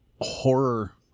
horror